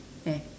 eh